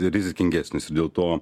rizikingesnis ir dėl to